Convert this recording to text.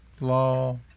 law